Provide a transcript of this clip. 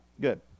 good